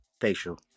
facial